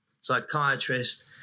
psychiatrist